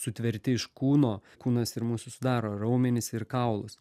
sutverti iš kūno kūnas ir mūsų sudaro raumenis ir kaulus